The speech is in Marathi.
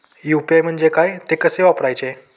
यु.पी.आय म्हणजे काय, ते कसे वापरायचे?